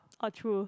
oh true